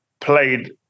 played